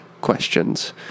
questions